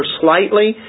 slightly